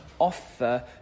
offer